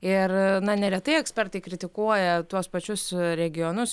ir na neretai ekspertai kritikuoja tuos pačius regionus